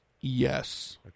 Yes